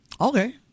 Okay